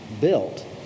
built